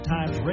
Times